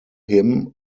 him